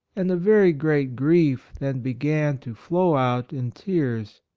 and a very great grief then began to flow out in tears.